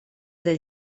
del